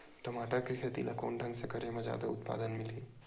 टमाटर के खेती ला कोन ढंग से करे म जादा उत्पादन मिलही?